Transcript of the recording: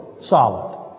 solid